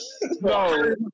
No